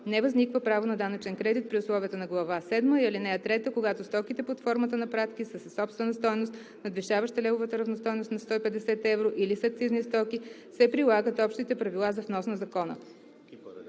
не възниква право на данъчен кредит при условията на глава седма. (3) Когато стоките под формата на пратки са със собствена стойност, надвишаваща левовата равностойност на 150 евро, или са акцизни стоки, се прилагат общите правила за внос на закона.“